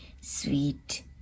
sweet